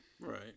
Right